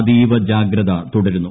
അതീവ ജാഗ്രത തുടരുന്നു